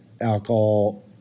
alcohol